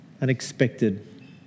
unexpected